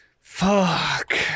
Fuck